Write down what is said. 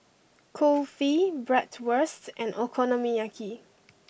Kulfi Bratwurst and Okonomiyaki